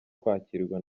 kwakirwa